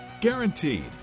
Guaranteed